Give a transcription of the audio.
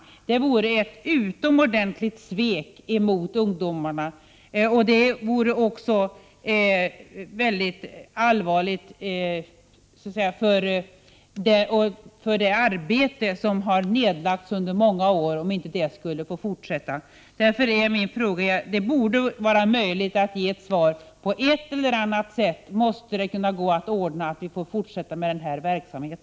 Det vore ett utomordentligt svek emot ungdomarna. Det vore också mycket allvarligt om det arbete som har nedlagts under många år inte skulle få fortsätta. Det borde vara möjligt att ge ett svar. På ett eller annat sätt måste det gå att ordna en fortsättning på denna verksamhet.